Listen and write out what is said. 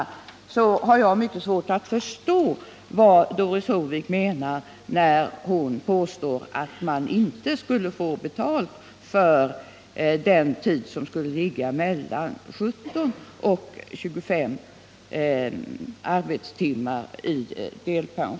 Jag har därför mycket svårt att förstå vad Doris Håvik menar när hon påstår, att man inte skulle få betalt för den arbetstid som inte fullgörs utöver 17 och upp till 25 timmar i veckan.